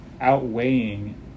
outweighing